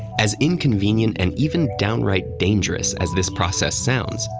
as inconvenient and even downright dangerous as this process sounds,